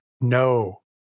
no